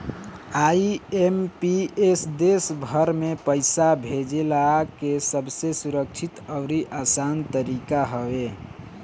IMPS देस भर में पईसा भेजला के सबसे सुरक्षित अउरी आसान तरीका हवे